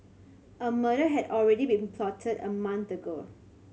a murder had already been plotted a month ago